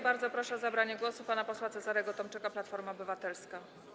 Bardzo proszę o zabranie głosu pana posła Cezarego Tomczyka, Platforma Obywatelska.